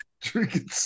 drinking